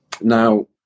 now